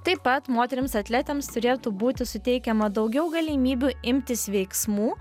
taip pat moterims atletėms turėtų būti suteikiama daugiau galimybių imtis veiksmų